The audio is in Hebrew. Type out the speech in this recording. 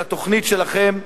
של התוכנית שלכם,